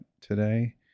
today